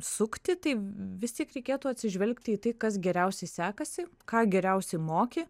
sukti tai vis tiek reikėtų atsižvelgti į tai kas geriausiai sekasi ką geriausiai moki